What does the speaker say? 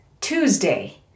Tuesday